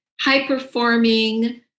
high-performing